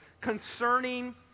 concerning